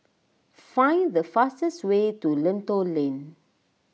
find the fastest way to Lentor Lane